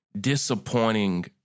disappointing